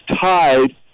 tied